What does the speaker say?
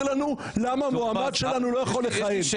לנו למה מועמד שלנו לא יכול לכהן.